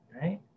right